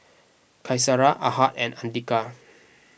Qaisara Ahad and andika